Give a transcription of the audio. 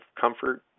comfort